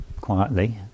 quietly